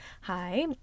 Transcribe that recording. hi